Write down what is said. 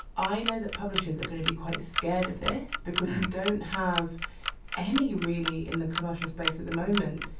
i know that publishers are going to be quite scared of this because we don't have any really, in the commercial space at the moment,